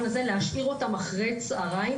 להישאר אחר הצהריים,